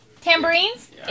Tambourines